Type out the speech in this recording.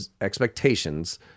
expectations